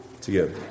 together